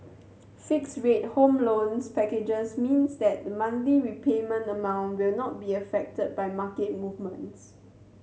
fixed rate home loans packages means that the monthly repayment amount will not be affected by market movements